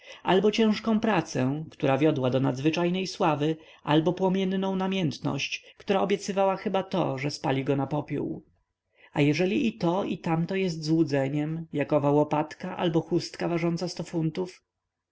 albo ciężką pracę która wiodła do nadzwyczajnej sławy albo płomienną namiętność która obiecywała chyba to że spali go na popiół a jeżeli i to i tamto jest złudzeniem jak owa łopatka albo chustka ważąca sto funtów